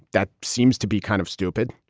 that seems to be kind of stupid.